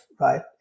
right